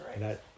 right